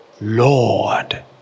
Lord